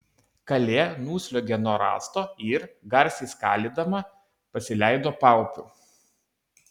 kalė nusliuogė nuo rąsto ir garsiai skalydama pasileido paupiu